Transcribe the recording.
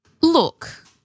Look